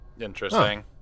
Interesting